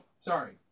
sorry